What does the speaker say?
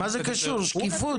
שקיפות.